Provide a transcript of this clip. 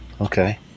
Okay